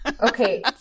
Okay